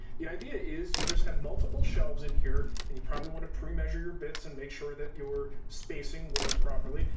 the idea is, you just have multiple shelves in here, and you probably want to pre-measure your bits and make sure that your spacing works properly.